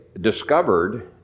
discovered